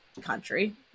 country